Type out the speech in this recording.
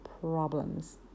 problems